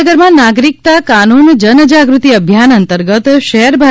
ભાવનગરમાં નાગરિકતા કાનૂન જનજાગૃતિ અભિયાન અંતર્ગત શહેર ભા